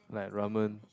like ramen